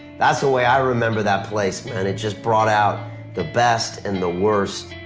that's the way i remember that place man. it just brought out the best and the worst.